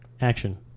Action